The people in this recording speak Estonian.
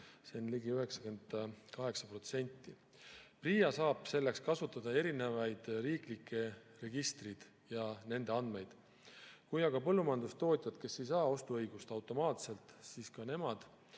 see on ligi 98%. PRIA saab selleks kasutada erinevaid riiklikke registreid ja nende andmeid. Kui osa põllumajandustootjaid ei saa ostuõigust automaatselt, siis ka nemad